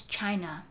China